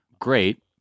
great